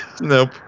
nope